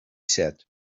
said